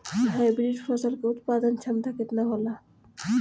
Hybrid फसल क उत्पादन क्षमता केतना होला?